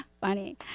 Funny